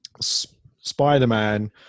Spider-Man